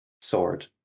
sword